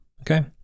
okay